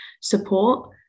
support